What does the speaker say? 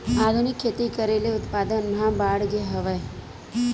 आधुनिक खेती करे ले उत्पादन ह बाड़गे हवय